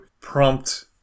prompt